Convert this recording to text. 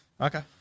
Okay